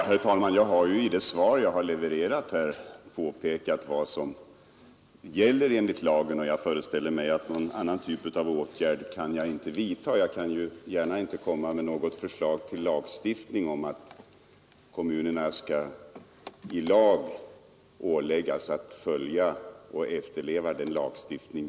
Herr talman! I det svar som jag lämnat har jag påpekat vad lagen säger, och därutöver kan jag inte vidta någon åtgärd. Jag kan ju inte gärna lägga fram ett lagförslag om att kommunerna skall åläggas att följa och efterleva gällande lagstiftning.